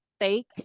take